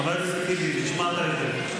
חבר הכנסת טיבי, נשמעת היטב.